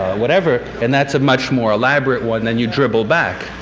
whatever. and that's a much more elaborate one than you dribble back.